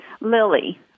Lily